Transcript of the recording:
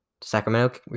Sacramento